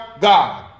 God